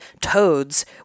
toads